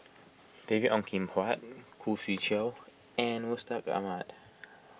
David Ong Kim Huat Khoo Swee Chiow and Mustaq Ahmad